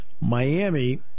Miami